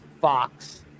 Fox